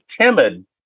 timid